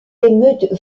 émeutes